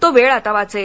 तो वेळ आता वाचेल